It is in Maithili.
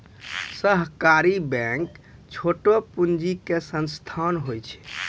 सहकारी बैंक छोटो पूंजी के संस्थान होय छै